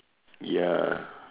ya